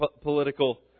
political